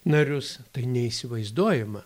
narius tai neįsivaizduojama